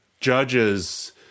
judges